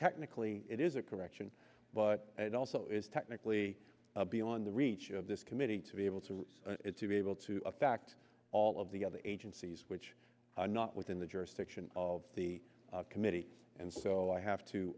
technically it is a correction but it also is technically beyond the reach of this committee to be able to raise it to be able to affect all of the other agencies which are not within the jurisdiction of the committee and so i have to